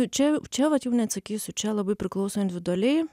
čia čia vat jau neatsakysiu čia labai priklauso individualiai